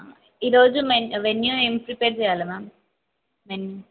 ఈరోజు మె వెన్యూ ఏం ప్రిపేర్ చేయాలి మెనూ